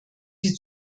die